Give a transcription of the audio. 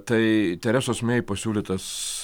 tai teresos mei pasiūlytas